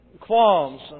qualms